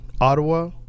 Ottawa